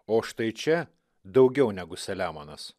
o štai čia daugiau negu saliamonas